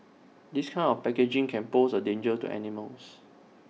this kind of packaging can pose A danger to animals